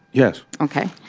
yes ok.